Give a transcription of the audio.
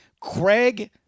Craig